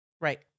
right